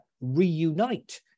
reunite